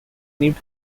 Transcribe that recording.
named